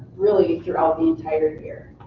really, throughout the entire year.